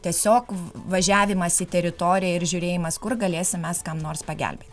tiesiog važiavimas į teritoriją ir žiūrėjimas kur galėsim mes kam nors pagelbėti